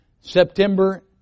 September